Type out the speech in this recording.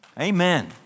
Amen